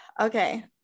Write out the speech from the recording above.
okay